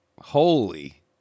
holy